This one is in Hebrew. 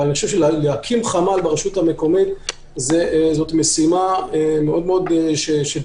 אבל להקים חמ"ל ברשות המקומית זה משימה שתכניס